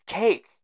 cake